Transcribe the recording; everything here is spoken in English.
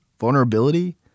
vulnerability